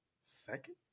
second